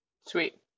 Sweet